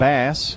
Bass